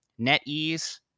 NetEase